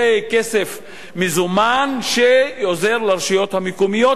זה כסף מזומן שעוזר לרשויות המקומיות